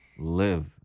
live